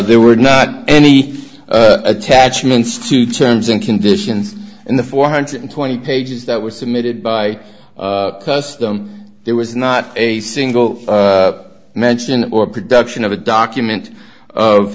there were not any attachments to terms and conditions in the four hundred and twenty pages that were submitted by custom there was not a single mention or production of a document of